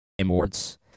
Awards